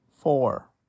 four